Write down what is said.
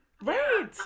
Right